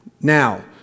Now